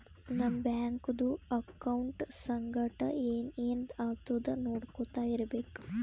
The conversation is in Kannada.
ನಮ್ ಬ್ಯಾಂಕ್ದು ಅಕೌಂಟ್ ಸಂಗಟ್ ಏನ್ ಏನ್ ಆತುದ್ ನೊಡ್ಕೊತಾ ಇರ್ಬೇಕ